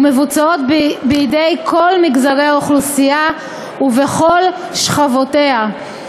ומבוצעות בידי כל מגזרי האוכלוסייה ובכל שכבותיה.